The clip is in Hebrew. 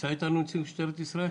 נמצא איתנו נציג משטרת ישראל?